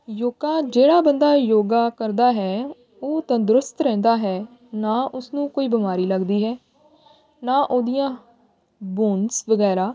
ਯੋਗਾ ਜਿਹੜਾ ਬੰਦਾ ਯੋਗਾ ਕਰਦਾ ਹੈ ਉਹ ਤੰਦਰੁਸਤ ਰਹਿੰਦਾ ਹੈ ਨਾ ਉਸਨੂੰ ਕੋਈ ਬਿਮਾਰੀ ਲੱਗਦੀ ਹੈ ਨਾ ਉਹਦੀਆਂ ਬੋਨਸ ਵਗੈਰਾ